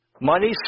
Money